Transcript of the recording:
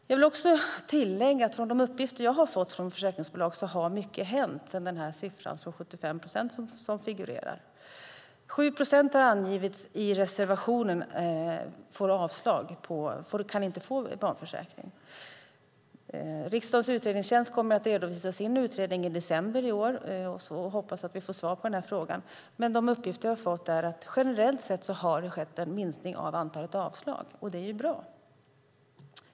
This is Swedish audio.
Jag vill också tillägga att utifrån de uppgifter jag har fått från försäkringsbolag har mycket hänt sedan siffran 75 procent figurerade. I reservationen anges att 7 procent inte kan få barnförsäkring. Riksdagens utredningstjänst kommer att redovisa sin utredning i december i år, och vi hoppas då få svar på frågan. Men de uppgifter vi har fått är att det generellt sett har skett en minskning av antalet avslag. Det är bra.